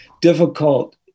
difficult